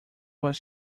was